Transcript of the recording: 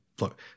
Look